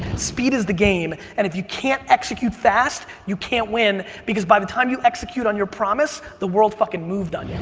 speed is the game. and if you can't execute fast, you can't win because by the time you execute on your promise, the world fucking moved on.